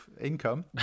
income